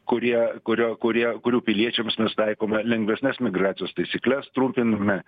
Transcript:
kurie kurio kurie kurių piliečiams mes taikome lengvesnes migracijos taisykles trumpiname